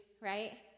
right